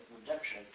redemption